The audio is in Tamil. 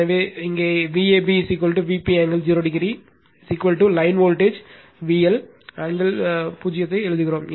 எனவே இங்கே Vab Vp angle 0 line voltage VL angle பூஜ்ஜியத்தை எழுதுகிறோம்